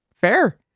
Fair